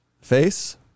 Face